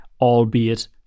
albeit